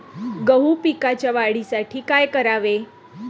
गहू पिकाच्या वाढीसाठी काय करावे?